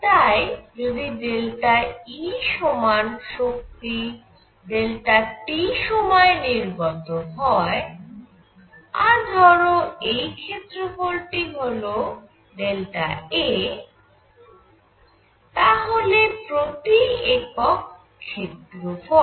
তাই যদি ΔE সমান শক্তি t সময়ে নির্গত হয় আর ধরো এই ক্ষেত্রফলটি হল A তাহলে প্রতি একক ক্ষেত্রফল